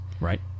Right